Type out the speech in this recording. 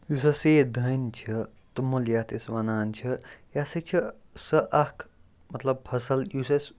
یُس ہَسا یہِ دانہِ چھِ توٚمُل یَتھ أسۍ وَنان چھِ یہِ ہَسا چھِ سۄ اَکھ مطلب فَصٕل یُس اَسہِ